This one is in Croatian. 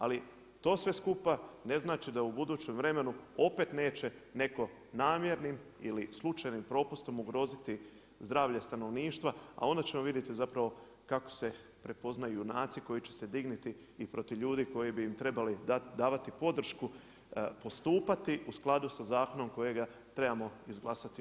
Ali to sve skupa ne znači da u budućem vremenu opet neće netko namjernim ili slučajnim propustom ugroziti zdravlje stanovništva, a onda ćemo vidjeti zapravo kako se prepoznaju junaci koji će se dignuti i protiv ljudi koji bi im trebali davati podršku, postupati u skladu sa zakonom kojega trebamo izglasati ovaj tjedan.